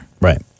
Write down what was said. Right